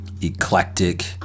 eclectic